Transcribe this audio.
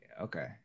Okay